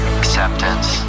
acceptance